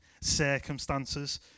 circumstances